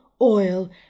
Oil